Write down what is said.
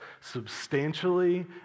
substantially